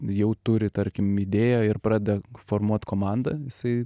jau turi tarkim idėją ir pradeda formuot komandą jisai